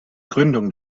gründung